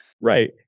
Right